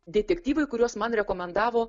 detektyvai kuriuos man rekomendavo